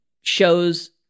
shows